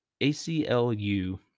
ACLU